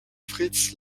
fritz